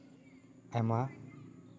ᱟᱭᱢᱟ